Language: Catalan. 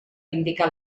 indicar